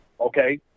Okay